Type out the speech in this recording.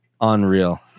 unreal